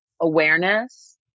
awareness